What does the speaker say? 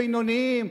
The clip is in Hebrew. בינוניים,